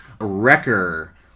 Wrecker